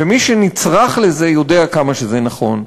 ומי שנצרך לזה יודע כמה זה נכון.